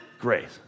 Grace